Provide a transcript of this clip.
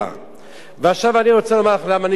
עכשיו אני רוצה לומר לך למה אני כל כך כועס,